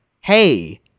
hey